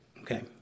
okay